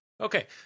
Okay